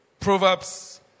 Proverbs